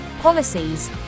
policies